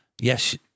Yes